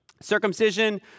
Circumcision